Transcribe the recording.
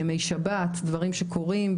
ימי שבת דברים שקורים,